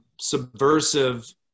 subversive